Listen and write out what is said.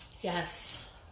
Yes